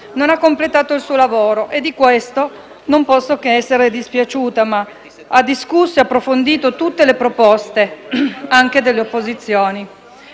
non ha completato il suo lavoro, e di questo non posso che essere dispiaciuta, ma ha discusso ed approfondito tutte le proposte anche delle opposizioni.